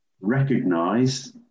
recognize